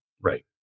Right